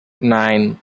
nine